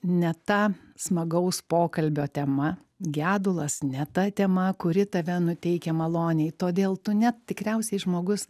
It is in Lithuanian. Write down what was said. ne ta smagaus pokalbio tema gedulas ne ta tema kuri tave nuteikia maloniai todėl tu net tikriausiai žmogus